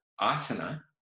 asana